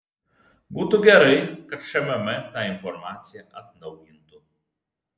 būtų gerai kad šmm tą informaciją atnaujintų